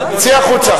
צאי החוצה.